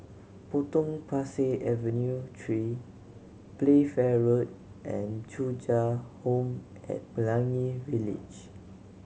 Potong Pasir Avenue Three Playfair Road and Thuja Home at Pelangi Village